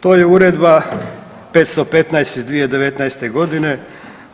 To je Uredba 515 iz 2019. g.